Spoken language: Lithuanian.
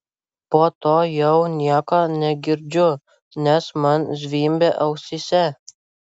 po to jau nieko negirdžiu nes man zvimbia ausyse